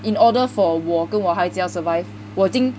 in order for 我跟我的孩子要 survive 我已经